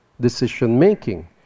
decision-making